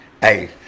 hey